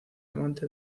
amante